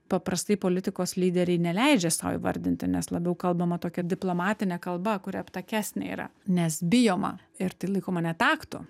paprastai politikos lyderiai neleidžia sau įvardinti nes labiau kalbama tokia diplomatine kalba kuri aptakesnė yra nes bijoma ir tai laikoma netaktu